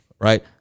Right